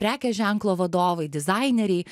prekės ženklo vadovai dizaineriai